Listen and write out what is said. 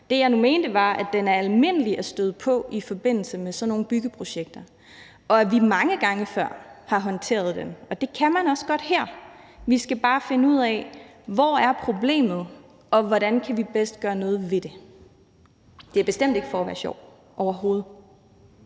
Det, jeg nu mente, var, at den er almindelig at støde på i forbindelse med sådan nogle byggeprojekter, og at vi mange gange før har håndteret den, og det kan man også godt her. Vi skal bare finde ud af, hvor problemet er, og hvordan vi bedst kan gøre noget ved det. Det er bestemt ikke for at være sjov, overhovedet.